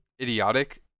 idiotic